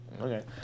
okay